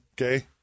Okay